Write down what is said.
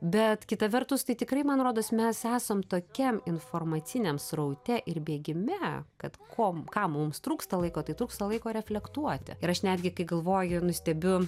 bet kita vertus tai tikrai man rodos mes esam tokiam informaciniam sraute ir bėgime kad kom kam mums trūksta laiko tai trūksta laiko reflektuoti ir aš netgi kai galvoju nu stebiu